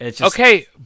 Okay